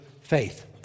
faith